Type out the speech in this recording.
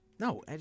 No